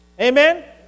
Amen